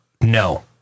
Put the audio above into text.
no